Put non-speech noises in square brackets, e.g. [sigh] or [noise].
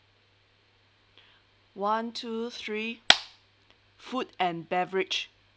[breath] one two three food and beverage